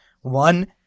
one